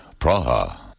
Praha